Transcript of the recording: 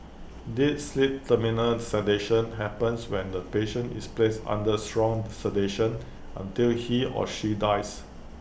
deep sleep terminal sedation happens when the patient is placed under strong sedation until he or she dies